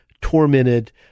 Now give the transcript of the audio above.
tormented